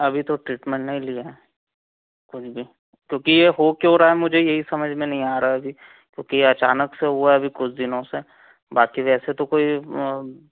अभी तो ट्रीटमेंट नहीं लिया है कोई भी क्योंकि यह हो क्यों रहा है मुझे यह ही समझ में नहीं आ रहा अभी क्योंकि अचानक से हुआ अभी कुछ दिनों से बाकी वैसे तो कोई वह